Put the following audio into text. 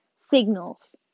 signals